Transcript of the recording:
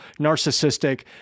narcissistic